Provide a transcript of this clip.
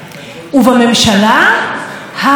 כאילו שום דבר לא קרה,